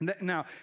now